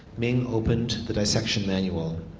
ming opened the dissection manual.